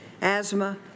asthma